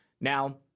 Now